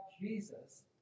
Jesus